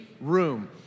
room